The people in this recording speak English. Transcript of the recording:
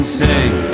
sing